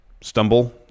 stumble